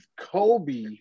kobe